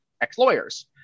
ex-lawyers